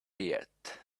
yet